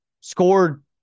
scored